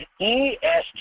ESG